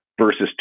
versus